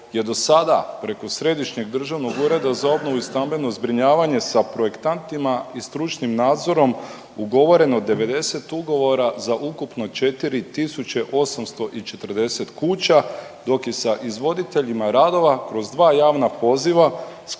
je do sada preko Središnjeg državnog ureda za obnovu i stambeno zbrinjavanje sa projektantima i stručnim nadzorom ugovoreno 90 ugovora za ukupno 4 840 kuća, dok je sa izvoditeljima radova kroz 2 javna poziva sklopljeno